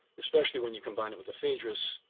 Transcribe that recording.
especially when you combine it with the phaedrus,